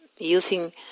using